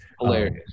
Hilarious